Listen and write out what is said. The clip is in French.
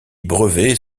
brevets